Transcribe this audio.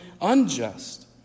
unjust